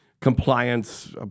compliance